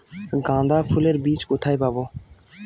গাঁদা ফুলের বীজ কোথায় পাবো?